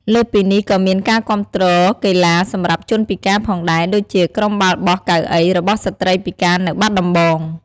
លើសពីនេះក៏មានការគំាទ្រកីឡាសម្រាប់ជនពិការផងដែរ ដូចជា ក្រុមបាល់បោះកៅអីរបស់ស្ត្រីពិការនៅបាត់ដំបង។